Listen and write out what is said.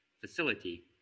facility